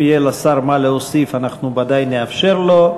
אם יהיה לשר מה להוסיף אנחנו בוודאי נאפשר לו.